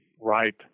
right